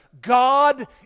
God